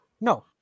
No